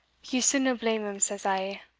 ye sudna blame him, says i,